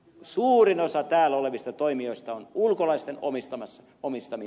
suurin osa täällä olevista toimijoista on ulkolaisten omistamia